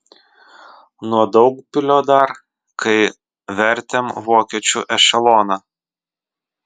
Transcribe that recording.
nuo daugpilio dar kai vertėm vokiečių ešeloną